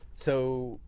so,